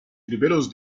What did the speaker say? primeros